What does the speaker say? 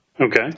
Okay